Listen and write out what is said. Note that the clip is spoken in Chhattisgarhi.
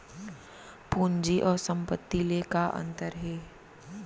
पूंजी अऊ संपत्ति ले का अंतर हे?